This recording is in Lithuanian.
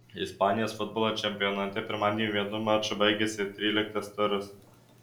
ispanijos futbolo čempionate pirmadienį vienu maču baigėsi tryliktas turas